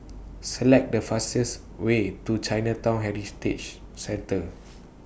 Select The fastest Way to Chinatown Heritage Centre